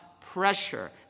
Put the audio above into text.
pressure